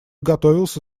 готовился